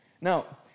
Now